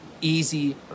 easy